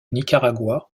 nicaragua